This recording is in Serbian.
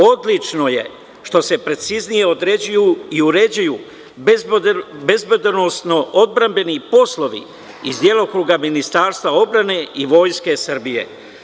Odlično je što se preciznije određuju i uređuju bezbedonosno odbrambeni poslovi iz delokruga Ministarstva odbrane i Vojske Srbije.